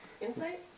Insight